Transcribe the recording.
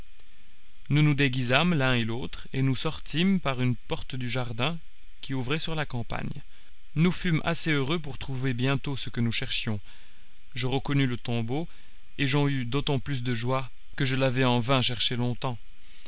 nous nous déguisâmes l'un et l'autre et nous sortîmes par une porte du jardin qui ouvrait sur la campagne nous fûmes assez heureux pour trouver bientôt ce que nous cherchions je reconnus le tombeau et j'en eus d'autant plus de joie que je l'avais en vain cherché longtemps